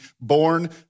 born